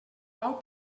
pau